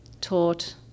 taught